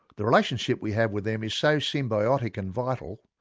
the relationship we have with them is so symbiotic and vital,